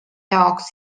jaoks